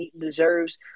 deserves